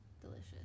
Delicious